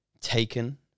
taken